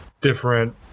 different